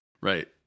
Right